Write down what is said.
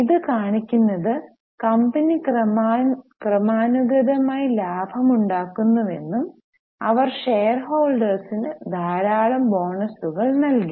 ഇത് കാണിക്കുന്നത് കമ്പനി ക്രമാനുഗതമായി ലാഭമുണ്ടാക്കുന്നുവെന്നും അവർ ഷെയർ ഹോൾഡേഴ്സിന് ധാരാളം ബോണസുകൾ നൽകി